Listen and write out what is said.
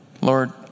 Lord